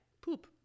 poop